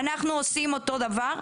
אנחנו עושים אותו דבר,